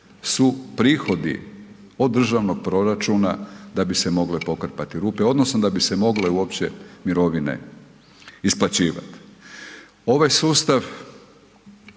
su prihodi od državnog proračuna da bi se mogle pokrpati rupe odnosno da bi se mogle mirovine isplaćivati. Ovaj sustav